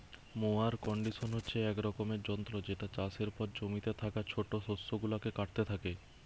mower conditioner হচ্ছে এক রকমের যন্ত্র যেটা চাষের পর জমিতে থাকা ছোট শস্য গুলাকে কাটতে থাকে